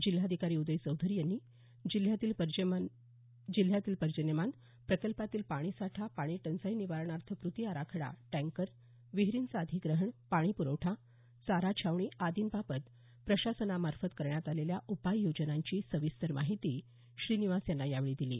जिल्हाधिकारी उदय चौधरी यांनी जिल्ह्यातील पर्जन्यमान प्रकल्पातील पाणीसाठा पाणी टंचाई निवारणार्थ कृती आराखडा टँकर विहिरींचे अधिग्रहण पाणीपुरवठा चारा छावणी आदींबाबत प्रशासनामार्फत करण्यात आलेल्या उपाययोजनांची सविस्तर माहिती श्रीनिवास यांना यावेळी दिली